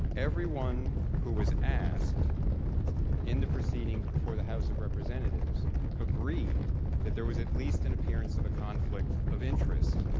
everyone who was asked in the proceedings before the house of representatives agreed that there was at least an appearance of a conflict of interest.